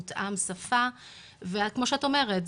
מותאם שפה וכמו שאת אומרת,